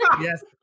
yes